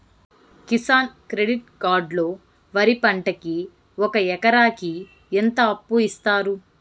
Kisan credit card లో వరి పంటకి ఒక ఎకరాకి ఎంత అప్పు ఇస్తారు?